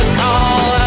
call